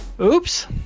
Oops